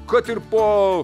kad ir po